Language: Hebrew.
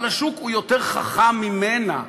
אבל השוק יותר חכם ממנה.